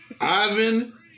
Ivan